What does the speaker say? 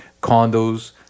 condos